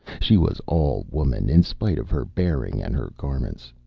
she was all woman, in spite of her bearing and her garments.